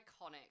iconic